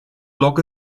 loc